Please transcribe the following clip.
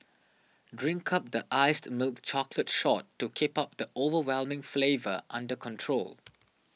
drink up the iced milk chocolate shot to keep the overwhelming flavour under control